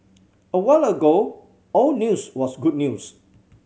a while ago all news was good news